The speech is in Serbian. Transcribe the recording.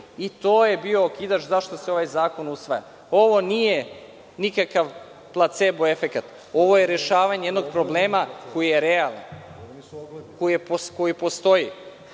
i to je bio okidač zašto se ovaj zakon usvaja. Ovo nije nikakav placebo efekat. Ovo je rešavanje jednog problema koji je realan, koji postoji. Kada